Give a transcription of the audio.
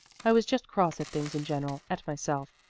i was just cross at things in general at myself,